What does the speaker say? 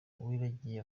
uwiragiye